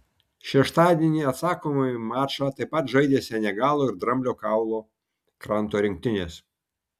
šeštadienį atsakomąjį mačą taip pat žaidė senegalo ir dramblio kaulo kranto rinktinės